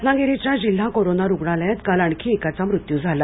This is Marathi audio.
रत्नागिरीच्या जिल्हा करोना रुग्णालयात काल आणखी एकाचा मृत्यू झाला